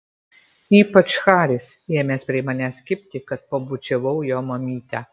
ypač haris ėmęs prie manęs kibti kad pabučiavau jo mamytę